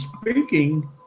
speaking